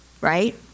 right